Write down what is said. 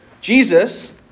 Jesus